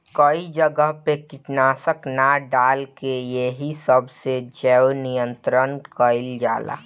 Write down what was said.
कई जगह पे कीटनाशक ना डाल के एही सब से जैव नियंत्रण कइल जाला